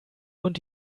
und